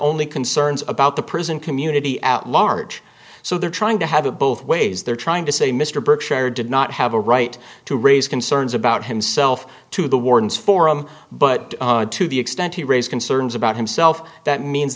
only concerns about the prison community at large so they're trying to have it both ways they're trying to say mr berkshire did not have a right to raise concerns about himself to the warden's forum but to the extent he raised concerns about himself that means